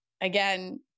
again